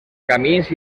camins